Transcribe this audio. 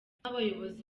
nk’abayobozi